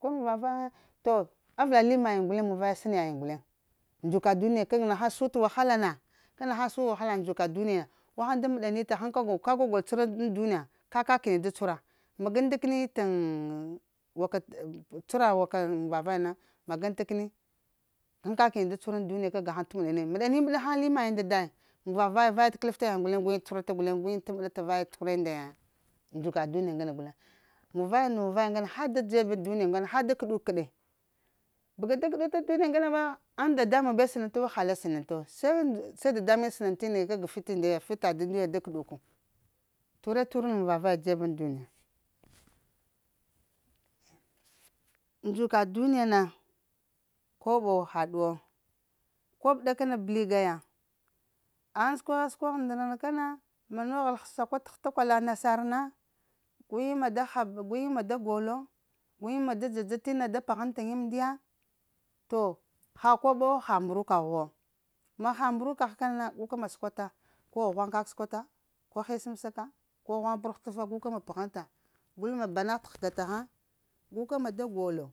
Ko mu va vaya, to avəla li mayiŋ guleŋe muvaye səna nayiŋ guleŋ ndzuka duniya kag naghan su t'wahala na kana nahaŋ su wahala ndzuka duniya, guhaŋ da məɗanita? Ghan kagolo ka kagolo cuhurata ŋ duniya ka kəni da cuhura magan ta kəni oh uka cuhura ta uka mum va vaya na maganta kəni ŋ ka kəni da cuhura ŋ duniya kag ghaŋ t'məɗanita məɗa ni məɗa ghaŋ li mayin da dagiŋ mun va vaye da kəlafta nayiŋ guleŋ guyiŋ t məɗata guleŋ guyin cuhurata vaye cuhura nda yayiŋ ndzuka duniya ŋgane guleŋ nu va ya nu vaye ŋgana ha da dzebe duniya ŋgane ha da kəɗuk ɗe, bəga da kəɗyta duniya ŋgana ma, ŋ dadamuŋ be sənatu hala sənatu, se nd se dadamuŋe sənən tina kag fit-fita uniya da kuɗuku ture-turel mun va vaya dzebuŋ duniya ndzuka duniya koɓo ha ɗuwo koɓ ɗakana bliga ya, phaŋ səkwaghe-səkwagha ndra na ka na, ma noghəl səkwa t'hətakwuda nasar na, gu yiŋ ma da hap gu ying ma da glo, gu yiŋ ma da dzadza t'mda da pəgh yiŋ am ndiya. To ha koɓo wo ha mbrukagh wo, ma ha mbrokagh kana na gu ka ma səkwata ko ghwaŋ kak səkwata ko hesəmsaka, ko ghwaŋa-pəd-hutafa gu ka ma pəhənta gul ma ba na ghəga tahaŋ, guka ma da golo,